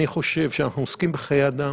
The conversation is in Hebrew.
אני חושב שאנחנו עוסקים בחיי אדם.